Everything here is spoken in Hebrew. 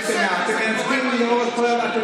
אלא היא קטנה,